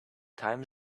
time